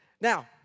Now